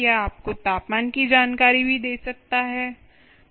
यह आपको तापमान की जानकारी भी दे सकती है